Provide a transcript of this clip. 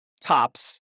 tops